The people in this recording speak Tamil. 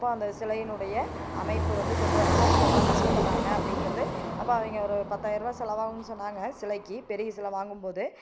அப்போ அந்த சிலையினுடைய அமைப்பு வந்து கொண்டுவர்றதுக்கா இவங்க எவ்வளோ கஷ்டப்படுறாங்க அப்படிங்கிறது அப்போ அவங்க ஒரு பத்தாயிரரூவா செலவாகுன்னு சொன்னாங்க சிலைக்கு பெரிய சில வாங்கும்போது